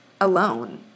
alone